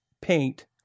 paint